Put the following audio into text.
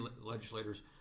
legislators